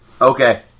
Okay